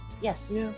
Yes